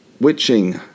witching